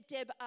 Deb